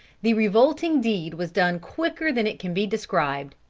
the revolting deed was done quicker than it can be described.